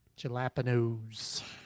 jalapenos